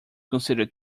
considered